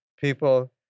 people